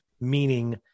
meaning